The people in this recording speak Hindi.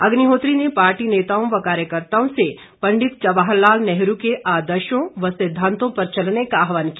अग्निहोत्री ने पार्टी नेताओं व कार्यकर्ताओं से पंडित जवाहर लाल नेहरू के आदर्शों व सिद्धांतों पर चलने का आहवान किया